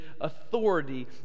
authority